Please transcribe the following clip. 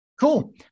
Cool